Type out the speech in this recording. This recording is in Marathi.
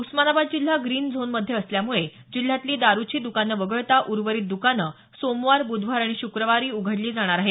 उस्मानाबाद जिल्हा ग्रीन झोन मध्ये असल्यामुळे जिल्ह्यातली दारूची दुकानं वगळता उर्वरित दुकानं सोमवार बुधवार आणि शुक्रवारी उघडली जाणार आहेत